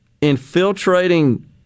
infiltrating